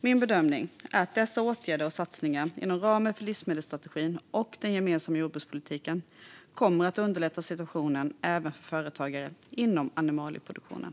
Min bedömning är att dessa åtgärder och satsningar inom ramen för livsmedelsstrategin och den gemensamma jordbrukspolitiken kommer att underlätta situationen även för företagare inom animalieproduktionen.